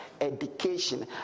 education